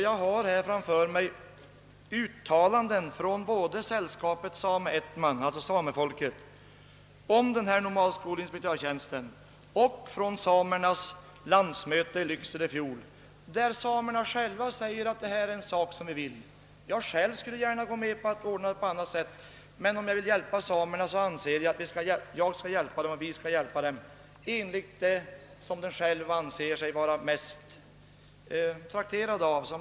Jag har framför mig uttalanden om denna nomadskolinspektörstjänst både från säll skapet Same ätnam och från samernas landsmöte i Lycksele i fjol, och samerna själva säger att det är så de vill ha det, Jag skulle gärna gå med på att ordna det hela på annat sätt, men om vi vill hjälpa samerna bör vi enligt min mening göra det på det sätt som de själva anser sig vara mest betjänta av.